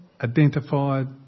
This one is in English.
identified